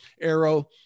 arrow